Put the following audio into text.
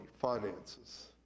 finances